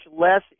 less